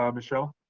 um michelle?